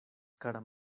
kara